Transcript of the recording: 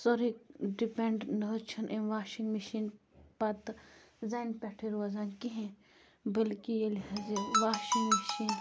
سورٕے ڈِپٮ۪نٛڈ نہٕ حظ چھِنہٕ اَمہِ واشنگ مِشیٖن پتہٕ زَنہِ پٮ۪ٹھٕے روزان کِہیٖنۍ بٔلکہِ ییٚلہِ حظ یہِ واشنگ مِشیٖن